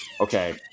Okay